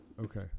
Okay